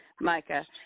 Micah